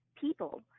people